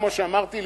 כמו שאמרתי,